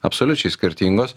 absoliučiai skirtingos